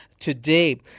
today